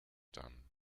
done